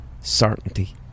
certainty